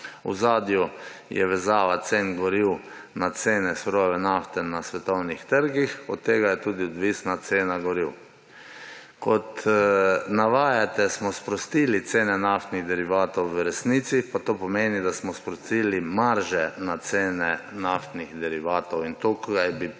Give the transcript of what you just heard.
ozadju je vezava cen goriv na cene surove nafte na svetovnih trgih, od tega je tudi odvisna cena goriv. Kot navajate, smo sprostili cene naftnih derivatov, v resnici pa to pomeni, da smo sprostili marže na cene naftnih derivatov. Tukaj bi prosil